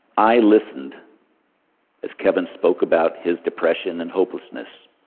i listened as kevin spoke about his depression and hopelessness.